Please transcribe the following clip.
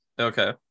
Okay